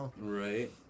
right